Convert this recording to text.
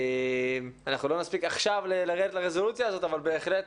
אנחנו לא נספיק עכשיו לרדת לרזולוציה הזאת אבל בהחלט